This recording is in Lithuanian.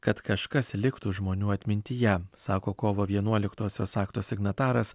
kad kažkas liktų žmonių atmintyje sako kovo vienuoliktosios akto signataras